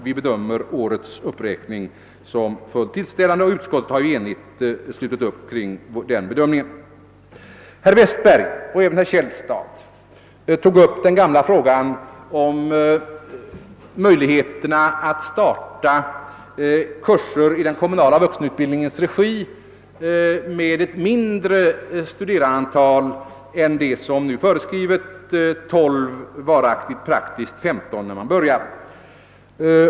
Vi bedömer årets uppräkning som fullt tillfredsställande, och utskottet har enigt slutit upp kring den bedömningen. Herr Westberg och herr Källstad tog upp den gamla frågan om möjligheterna att starta kurser i den kommunala vuxenutbildningens regi med ett mindre studerandeantal än det som nu föreskrives, 12 varaktigt, i praktiken 15 när man börjar.